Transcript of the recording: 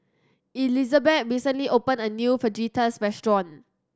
Elizabet recently opened a new Fajitas restaurant